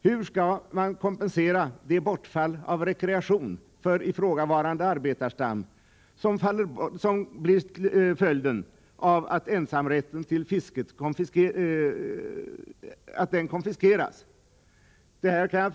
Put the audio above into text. Hur skall man kompensera det bortfall av rekreation för ifrågavarande arbetarstam som blir följden av att ensamrätten till fisket konfiskeras?